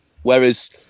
Whereas